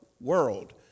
world